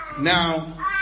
Now